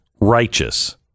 righteous